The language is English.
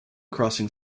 crossing